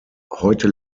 heute